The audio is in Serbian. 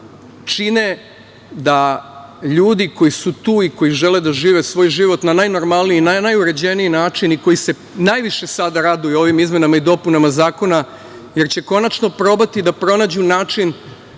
čine da ljudi koji su tu i koji žele da žive svoj život na najnormalniji i na najuređeniji način i koji se najviše sada raduju ovim izmenama i dopunama zakona, jer će konačno probati da pronađu način,